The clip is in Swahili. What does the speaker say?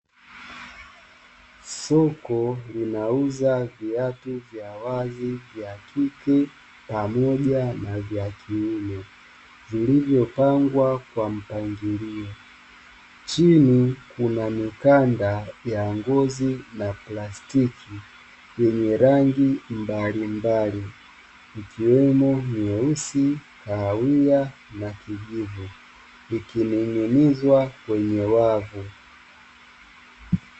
Soko linauza viatu vya wazi vya kike pamoja na vya kiume, vilivyopangwa kwa mpangilio, chini kuna mikanda ya ngozi na plastiki yenye rangi mbalimbali ikiwemo nyeusi, kahawia na kijivu ikining'inizwa kwenye wavu.